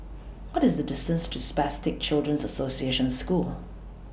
What IS The distance to Spastic Children's The Association School